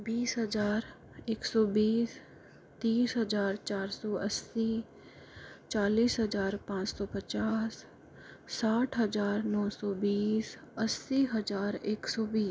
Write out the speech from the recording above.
बीस हज़ार एक सौ बीस तीस हज़ार चार सौ अस्सी चालीस हज़ार पाँच सौ पचास साठ हज़ार नौ सौ बीस अस्सी हज़ार एक सौ बी